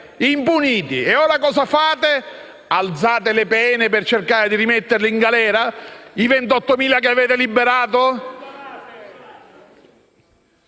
impuniti! E voi ora cosa fate? Alzate le pene per cercare di rimettere in galera quei 28.000 che avete liberato?